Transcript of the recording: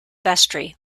vestry